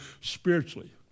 spiritually